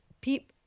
people